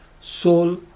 soul